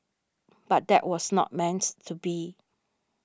but that was not meant to be